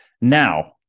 Now